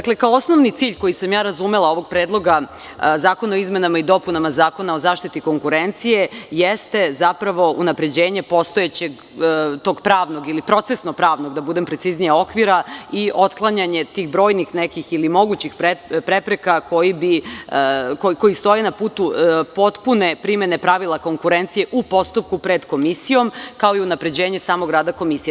Kao osnovni cilj, koji sam ja razumela, ovog predloga zakona o izmenama i dopunama Zakona o zaštiti konkurencije jeste zapravo unapređenje postojećeg pravnog, ili procesno-pravnog, da budem preciznija okvira i otklanjanje tih brojnih ili mogućih prepreka koje stoje na putu potpune primene pravila konkurencije u postupku pred Komisijom, kao i unapređenje samog rada Komisije.